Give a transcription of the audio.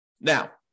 Now